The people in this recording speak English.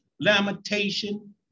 lamentation